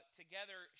together